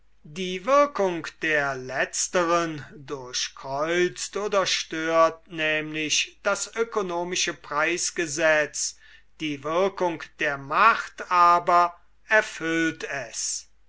die wirkung der letzteren durchkreuzt oder stört nämlich das ökonomische preisgesetz die wirkung der macht aber erfüllt es